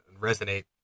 resonate